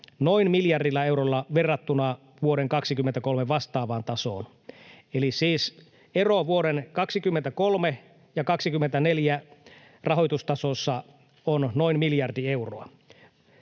noin miljardilla eurolla verrattuna vuoden 23 vastaavaan tasoon. Eli siis ero vuoden 23 ja 24 rahoitustasossa on noin miljardi euroa.